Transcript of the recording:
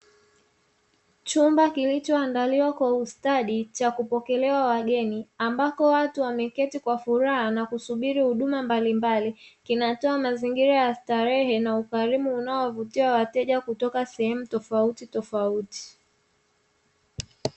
Chumba kilichoandikwa kwa ustadi cha kuwapokelea wageni, ambako watu wameketi kwa furaha na kusubiri huduma mbalimbali kinatoa mazingira ya starehe na ukarimu unaowavutia wateja kutoka sehemu tofauti tofauti.